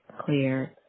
clear